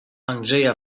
andrzeja